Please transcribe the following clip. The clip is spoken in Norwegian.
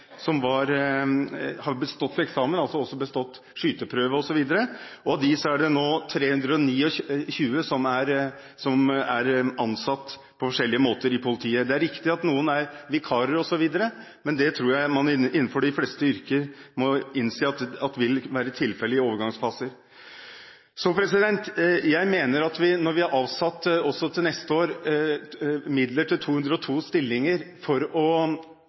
har bestått eksamen, altså også bestått skyteprøve osv., og av dem er det nå 329 som er ansatt i politiet på forskjellige måter. Det er riktig at noen er vikarer osv., men det tror jeg man innenfor de fleste yrker må innse at vil være tilfellet i overgangsfaser. Jeg mener at når vi også til neste år har avsatt midler til 202 stillinger for å